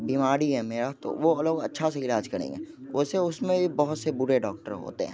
बीमारी है मेरा तो वो लोग अच्छे से इलाज करेंगे वैसे उस में भी बहुत से बुरे डॉक्टर होते हैं